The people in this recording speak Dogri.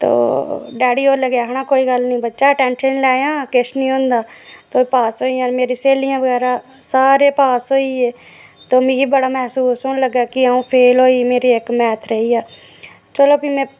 ते ओह् डैडी और लगे आखन कोई गल्ल नेईं बच्चा टैंशन नेईं लेआं किश नेईं होंदा तूं पास होई जाना मेरी स्हेली बगैरा सारे पास होई गे ते मिगी बड़ा मसूस होन लगा कि अऊं फेल होई गेई मेरा इक मैथ रेही गेआ चलो फ्ही में